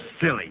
silly